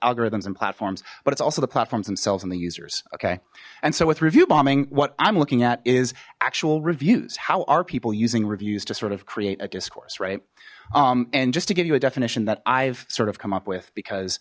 algorithms and platforms but it's also the platform's themselves and the users okay and so with review bombing what i'm looking at is actual reviews how are people using reviews to sort of create a discourse right and just to give you a definition that i've sort of come up with because